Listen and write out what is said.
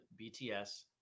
BTS